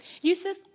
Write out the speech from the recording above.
Yusuf